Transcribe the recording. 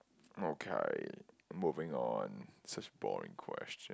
okay moving on such a boring question